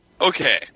Okay